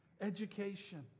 education